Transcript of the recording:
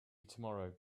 tomorrow